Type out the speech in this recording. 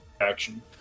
action